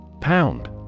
Pound